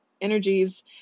energies